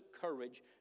courage